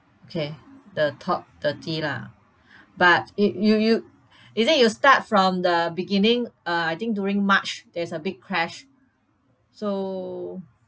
okay the top thirty lah but y~ you you is it you start from the beginning uh I think during march there's a big crash so